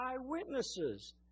eyewitnesses